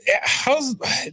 how's